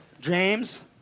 James